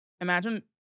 imagine